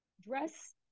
dress